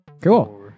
Cool